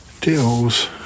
deals